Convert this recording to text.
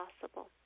possible